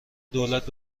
دولت